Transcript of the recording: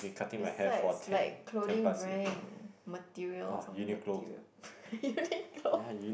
besides like clothing brand material something material Uniqlo